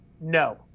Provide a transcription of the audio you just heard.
No